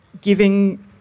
giving